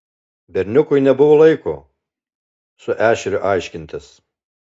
berniukui nebuvo laiko su ešeriu aiškintis